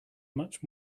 much